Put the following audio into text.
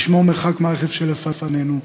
לשמור מרחק מהרכב שלפנינו,